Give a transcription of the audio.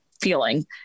feeling